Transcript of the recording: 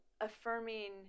affirming